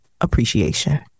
appreciation